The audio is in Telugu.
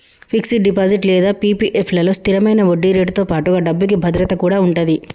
ఫిక్స్డ్ డిపాజిట్ లేదా పీ.పీ.ఎఫ్ లలో స్థిరమైన వడ్డీరేటుతో పాటుగా డబ్బుకి భద్రత కూడా ఉంటది